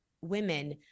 women